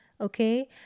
Okay